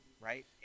right